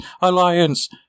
alliance